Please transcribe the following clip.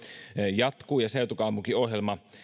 jatkuu ja seutukaupunkiohjelma